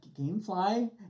Gamefly